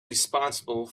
responsible